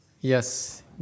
yes